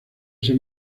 ese